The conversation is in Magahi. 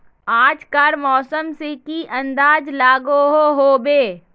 आज कार मौसम से की अंदाज लागोहो होबे?